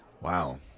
Wow